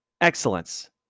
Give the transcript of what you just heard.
excellence